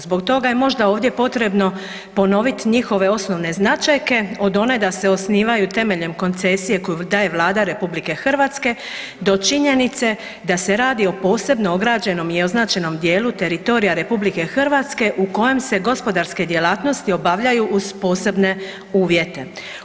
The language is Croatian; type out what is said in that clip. Zbog toga je možda ovdje potrebno ponovit njihove osnovne značajke, o tome da se osnivaju temeljem koncesije koju daje Vlada RH do činjenice da se radi o posebno ograđenom i označenom djelu teritorija RH u kojem se gospodarske djelatnosti obavljaju uz posebne uvjete.